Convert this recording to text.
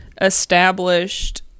established